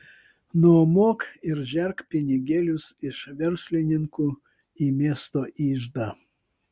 nuomok ir žerk pinigėlius iš verslininkų į miesto iždą